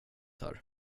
här